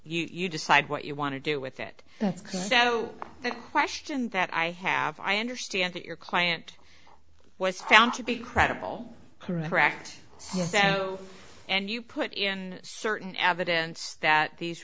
you decide what you want to do with it that's so the question that i have i understand that your client was found to be credible correct and you put in certain evidence that these